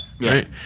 Right